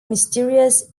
mysterious